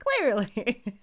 clearly